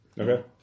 Okay